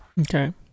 Okay